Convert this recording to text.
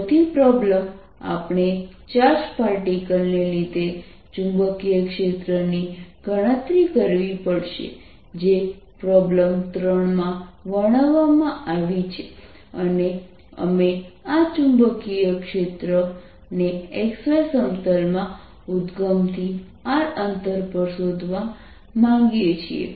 ચોથી પ્રોબ્લેમ આપણે charge particle ને લીધે ચુંબકીય ક્ષેત્રની ગણતરી કરવી પડશે જે પ્રોબ્લેમ 3 માં વર્ણવવામાં આવી છે અને અમે આ ચુંબકીય ક્ષેત્રને x y સમતલમાં ઉદ્દગમથી r અંતર પર શોધવા માગીએ છીએ